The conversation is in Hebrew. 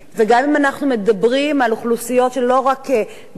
וגם אם אנחנו מדברים על אוכלוסיות שלא רק בקהילות